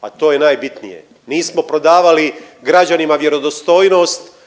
a to je najbitnije, nismo prodavali građanima vjerodostojnost,